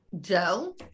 Joe